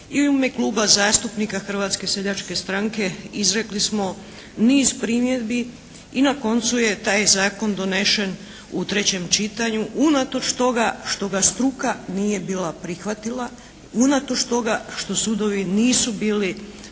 i u ime Kluba zastupnika Hrvatske seljačke stranke izrekli smo niz primjedbi i na koncu je taj zakon donesen u trećem čitanju unatoč toga što ga struka nije bila prihvatila, unatoč toga što sudovi nisu bili